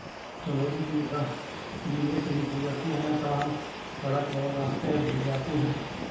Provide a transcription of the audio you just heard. चन्दौली जिले से ही गुज़रती हैं तमाम सड़क और रास्ते जाती हैं